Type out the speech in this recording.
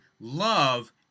love